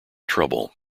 trouble